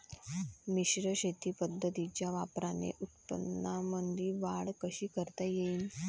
मिश्र शेती पद्धतीच्या वापराने उत्पन्नामंदी वाढ कशी करता येईन?